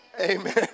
Amen